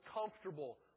comfortable